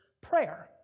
prayer